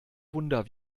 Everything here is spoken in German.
wunder